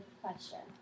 question